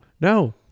no